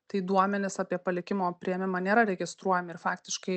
tai duomenys apie palikimo priėmimą nėra registruojami ir faktiškai